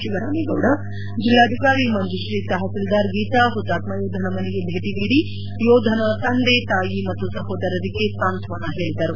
ಶಿವರಾಮೇಗೌಡ ಜಿಲ್ಲಾಧಿಕಾರಿ ಮಂಜುಶ್ರೀ ತಹಸೀಲ್ದಾರ್ ಗೀತಾ ಹುತಾತ್ಮ ಯೋಧನ ಮನೆಗೆ ಭೇಟಿ ನೀಡಿ ಯೋಧನ ತಂದೆ ತಾಯಿ ಮತ್ತು ಸಹೋದರರಿಗೆ ಸಾಂತ್ವನ ಹೇಳಿದರು